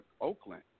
Oakland